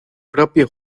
propio